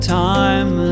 time